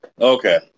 Okay